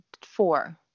four